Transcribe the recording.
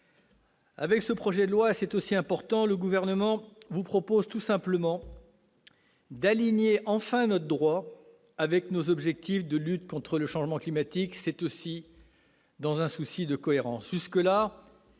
avec ce projet de loi, le Gouvernement vous propose tout simplement d'aligner enfin notre droit avec nos objectifs de lutte contre le changement climatique, dans un souci de cohérence. Jusque-là,